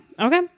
Okay